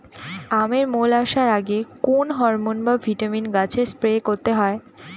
আমের মোল আসার আগে কোন হরমন বা ভিটামিন গাছে স্প্রে করতে হয়?